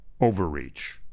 overreach